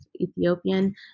Ethiopian